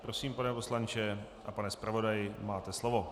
Prosím, pane poslanče a pane zpravodaji, máte slovo.